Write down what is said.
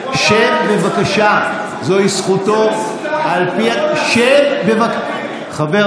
זכותו על פי התקנון.